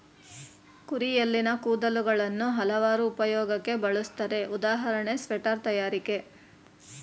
ಕುರಿಯಲ್ಲಿನ ಕೂದಲುಗಳನ್ನು ಹಲವಾರು ಉಪಯೋಗಕ್ಕೆ ಬಳುಸ್ತರೆ ಉದಾಹರಣೆ ಸ್ವೆಟರ್ ತಯಾರಿಕೆ